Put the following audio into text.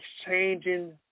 exchanging